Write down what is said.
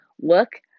work